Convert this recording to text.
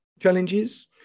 challenges